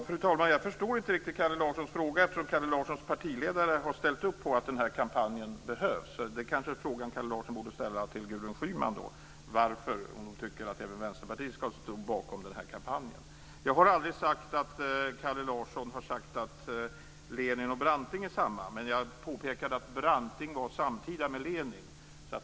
Fru talman! Jag förstår inte riktigt Kalle Larssons fråga, eftersom Kalle Larssons partiledare har ställt upp på att kampanjen behövs. Kalle Larsson kanske borde ställa frågan till Gudrun Schyman varför hon tycker att även Vänsterpartiet skall stå bakom kampanjen. Jag har aldrig sagt att Kalle Larsson har sagt att Lenin och Branting kan jämföras, men jag påpekade att Branting var samtida med Lenin.